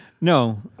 No